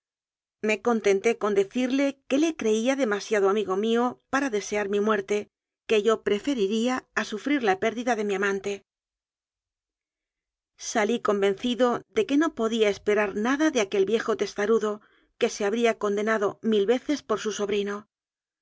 me contenté con decirle que le creía demasiado amigo mío para desear mi muer te que yo preferiría a sufrir la pérdida de mi amante salí convencido de que no podía esperar nada de aquel viejo testarudo que se habría condenado mil veces por su sobrino